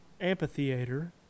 Amphitheater